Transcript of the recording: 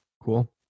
Cool